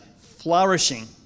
flourishing